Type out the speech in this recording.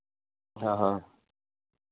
हाँ हाँ